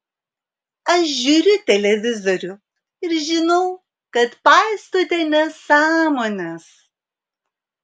aš žiūriu televizorių ir žinau kad paistote nesąmones